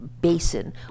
basin